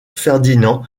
ferdinand